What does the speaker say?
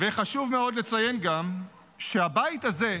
חשוב מאוד גם לציין שהבית הזה,